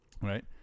right